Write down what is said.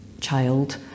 child